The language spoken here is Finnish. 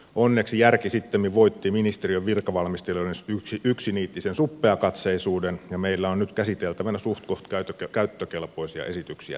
onneksi järki sittemmin voitti ministeriön virkavalmistelijoiden yksiniittisen suppeakatseisuuden ja meillä on nyt käsiteltävänä suhtkoht käyttökelpoisia esityksiä täällä tänään